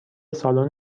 سالن